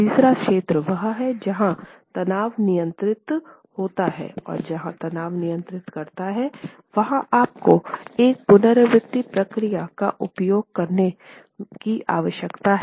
तीसरा क्षेत्र वह है जहाँ तनाव नियंत्रित होता है और जहाँ तनाव नियंत्रित करता है वहां आपको एक पुनरावृति प्रक्रिया का उपयोग करने की आवश्यकता है